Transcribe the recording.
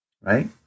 right